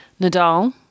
Nadal